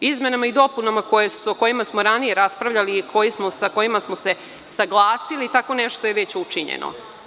Izmenama i dopunama o kojima smo ranije raspravljali i sa kojima smo se saglasili tako nešto je već učinjeno.